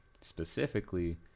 specifically